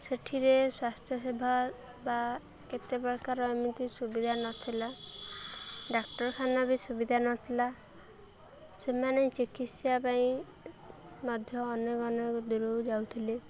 ସେଠିରେ ସ୍ୱାସ୍ଥ୍ୟ ସେବା ବା କେତେ ପ୍ରକାର ଏମିତି ସୁବିଧା ନଥିଲା ଡାକ୍ତରଖାନା ବି ସୁବିଧା ନଥିଲା ସେମାନେ ଚିକିତ୍ସା ପାଇଁ ମଧ୍ୟ ଅନେକ ଅନେକ ଦୂରକୁ ଯାଉଥିଲେ